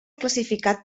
classificat